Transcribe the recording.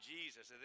Jesus